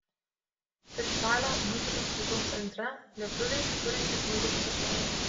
festivalio muzikos ruduo centre lietuviai kuriantys muzikos istoriją